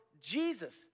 Jesus